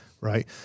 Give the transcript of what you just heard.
right